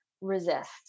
resist